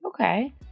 okay